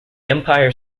empire